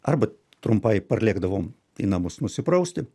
arba trumpai parlėkdavom į namus nusiprausti